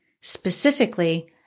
specifically